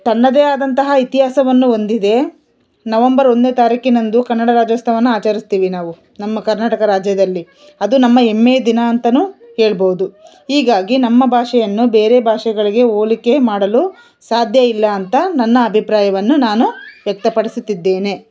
ತನ್ನದೇ ಆದಂತಹ ಇತಿಹಾಸವನ್ನು ಹೊಂದಿದೆ ನವಂಬರ್ ಒಂದನೇ ತಾರೀಖಿನಂದು ಕನ್ನಡ ರಾಜ್ಯೋತ್ಸವನ್ನ ಆಚರಿಸ್ತೀವಿ ನಾವು ನಮ್ಮ ಕರ್ನಾಟಕ ರಾಜ್ಯದಲ್ಲಿ ಅದು ನಮ್ಮ ಹೆಮ್ಮೆಯ ದಿನ ಅಂತನೂ ಹೇಳ್ಬೌದು ಹೀಗಾಗಿ ನಮ್ಮ ಭಾಷೆಯನ್ನು ಬೇರೆ ಭಾಷೆಗಳಿಗೆ ಹೋಲಿಕೆ ಮಾಡಲು ಸಾಧ್ಯ ಇಲ್ಲ ಅಂತ ನನ್ನ ಅಭಿಪ್ರಾಯವನ್ನು ನಾನು ವ್ಯಕ್ತಪಡಿಸುತ್ತಿದ್ದೇನೆ